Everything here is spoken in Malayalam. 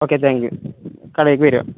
ഓക്കെ താങ്ക് യൂ കടയിലേക്ക് വരിക